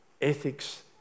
Ethics